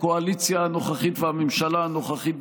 הקואליציה הנוכחית והממשלה הנוכחית,